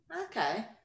Okay